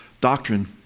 doctrine